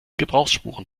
gebrauchsspuren